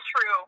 true